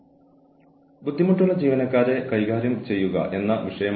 അതായത് ബുദ്ധിമുട്ടുള്ള ജീവനക്കാരെ കൈകാര്യം ചെയ്യുക എന്ന വിഷയം